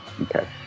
okay